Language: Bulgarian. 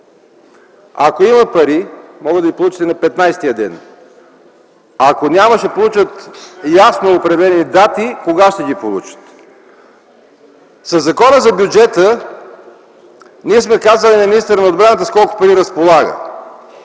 Ако има пари, могат да ги получат и на 15-я ден. Ако няма, ще имат ясно определени дати кога ще ги получат. Със Закона за държавния бюджет ние сме казали на министъра на отбраната с колко пари разполага.